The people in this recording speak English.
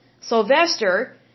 Sylvester